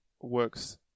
Works